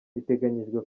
biteganyijwe